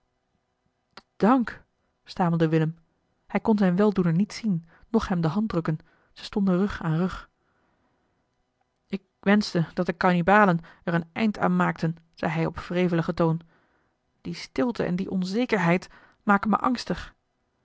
dank stamelde willem hij kon zijn weldoener niet zien noch hem de hand drukken ze stonden rug aan rug ik wenschte dat de kannibalen er een eind aan maakten zei hij op wreveligen toon die stilte en die onzekerheid maken me angstig